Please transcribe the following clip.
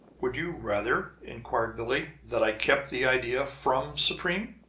would you rather, inquired billie, that i kept the idea from supreme?